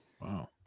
Wow